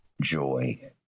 joy